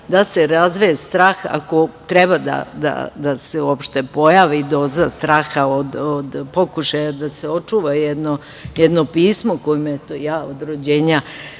da se razveje strah ako treba da se uopšte pojavi doza straha od pokušaja da se očuva jedno pismo, kojim ja od rođenja